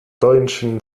deutschen